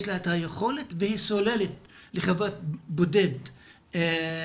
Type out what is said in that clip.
יש לה את היכולת והיא סוללת לחוות בודד כביש,